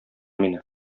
мине